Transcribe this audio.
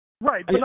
Right